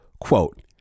Quote